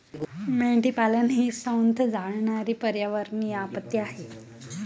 मेंढीपालन ही संथ जळणारी पर्यावरणीय आपत्ती आहे